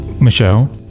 Michelle